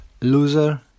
loser